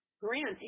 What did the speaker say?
grant